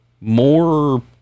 more